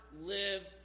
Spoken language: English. live